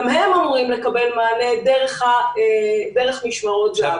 גם הם אמורים לקבל מענה דרך "משמרות זהב".